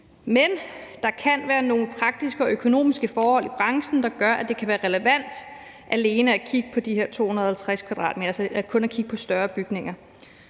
men der kan være nogle praktiske og økonomiske forhold i branchen, der gør, at det kan være relevant alene at kigge på bygninger over de her 250 m², altså kun at kigge på større bygninger.